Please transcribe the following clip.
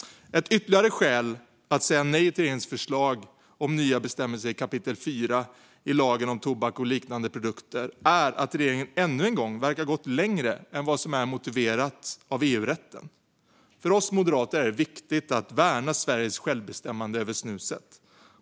Ett ytterligare skäl att säga nej till regeringens förslag om nya bestämmelser i kap. 4 i lagen om tobak och liknande produkter är att regeringen ännu en gång verkar ha gått längre än vad som är motiverat av EU-rätten. För oss moderater är det viktigt att värna Sveriges självbestämmande över snuset.